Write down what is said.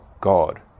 God